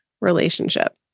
relationship